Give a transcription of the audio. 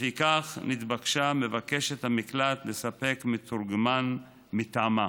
לפיכך, נתבקשה מבקשת המקלט לספק מתורגמן מטעמה.